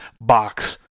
box